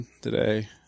today